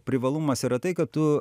privalumas yra tai kad tu